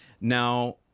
Now